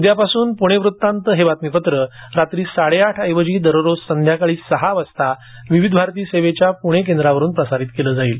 उद्यापासून पुणे वृत्तांत हे बातमीपत्र रात्री साडे आठ ऐवजी दररोज संध्याकाळी सहा वाजता विविध सेवेच्या प्णे केंद्रावरून प्रसारित केलं जाईल